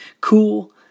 cool